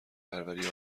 پروری